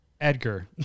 Edgar